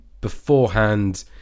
beforehand